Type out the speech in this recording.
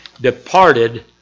departed